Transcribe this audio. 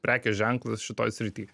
prekės ženklas šitoj srity